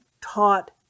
taught